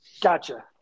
Gotcha